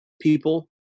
people